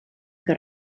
que